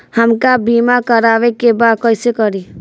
हमका बीमा करावे के बा कईसे करी?